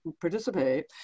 participate